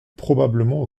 probablement